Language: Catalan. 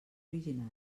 original